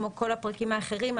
כמו כל הפרקים האחרים,